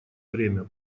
время